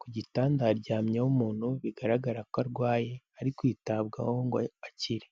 ku gitandarya haryamyeho umuntu bigaragara ko arwaye, ari kwitabwaho ngo akire.